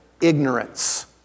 ignorance